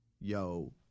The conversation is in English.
Yo